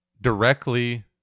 directly